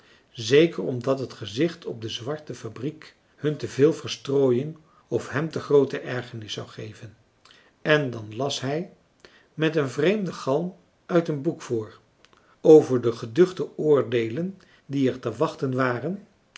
zeker omdat het gezicht op de zwarte fabriek hun te veel verstrooiing of hem te groote ergernis zou geven en dan las hij met een vreemden galm uit een boek voor over de geduchte oordeelen die er te wachten waren